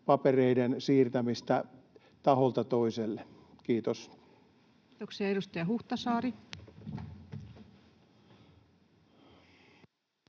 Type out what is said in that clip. papereiden siirtämistä taholta toiselle. — Kiitos. Kiitoksia. — Edustaja Huhtasaari.